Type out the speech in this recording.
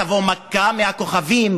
תבוא מכה מהכוכבים,